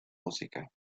música